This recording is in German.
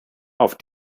auf